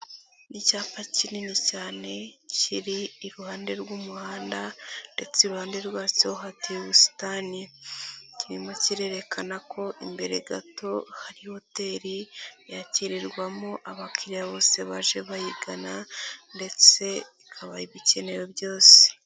Ni icyapa kinini cyane, kiri iruhande rw'umuhanda ndetse iruhande rwacyo hateye ubusitani, kirimo kirerekana ko imbere gato hari hoteri, yakirirwamo abakiriya bose baje bayigana ndetse ikaba ibikenewe byose.